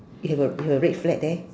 you have a you have a red flag there